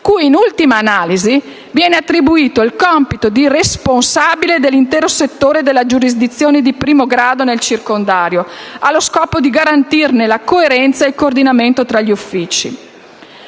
cui in ultima analisi viene attribuito il compito di responsabile dell'intero settore della giurisdizione di primo grado nel circondario, allo scopo di garantirne la coerenza ed il coordinamento tra uffici.